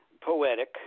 poetic